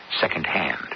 second-hand